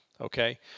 okay